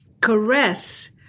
caress